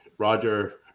Roger